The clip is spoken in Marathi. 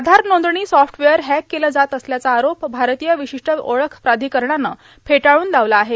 आधार नोंदणी सॉफ्टवेअर हॅक केलं जात असल्याचा आरोप भारतीय विशिष्ठ ओळख प्राधिकरणानं फेटाळून लावला आहे